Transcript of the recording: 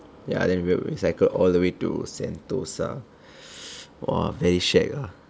ya then we'll recycled all the way to sentosa !wah! very shag ah